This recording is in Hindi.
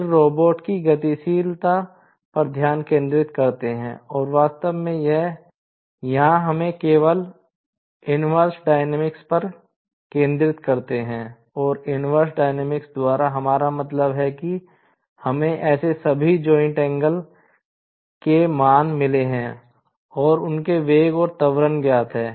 फिर हम रोबोट के मान मिले हैं और उनके वेग और त्वरण ज्ञात हैं